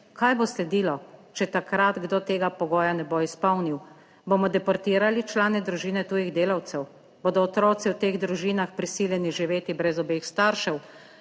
Kaj bo sledilo, če takrat kdo tega pogoja ne bo izpolnil? Bomo deportirali člane družine tujih delavcev? Bodo otroci v teh družinah prisiljeni živeti brez obeh staršev?